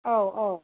औ औ